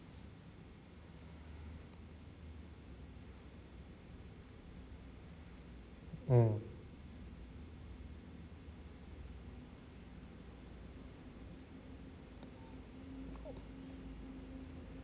mm